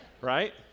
right